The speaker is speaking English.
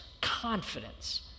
confidence